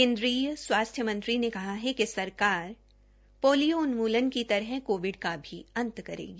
केन्द्रीय स्वास्थ्य मंत्री ने कहा कि सरकार पोलियो उन्मुलन की तरह कोविड का भी अंत करेगी